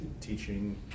teaching